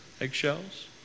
Eggshells